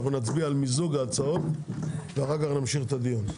נצביע על מיזוג ההצעות, ואחר כך נמשיך את הדיון.